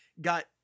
got